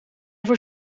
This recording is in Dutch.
voor